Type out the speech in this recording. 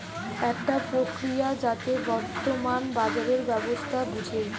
একটা প্রক্রিয়া যাতে বর্তমান বাজারের ব্যবস্থা বুঝে